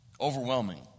overwhelming